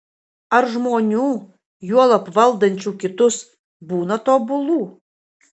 ar žmonių juolab valdančių kitus būna tobulų